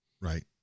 right